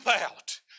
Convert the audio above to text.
out